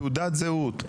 תעודת זהות,